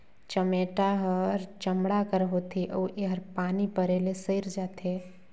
चमेटा हर चमड़ा कर होथे अउ एहर पानी परे ले सइर जाथे